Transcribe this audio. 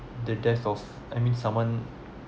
the death of I mean someone